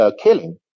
killing